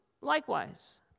likewise